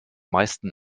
meisten